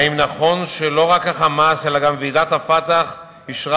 האם נכון שלא רק ה"חמאס" אלא גם ועידת ה"פתח" אישרה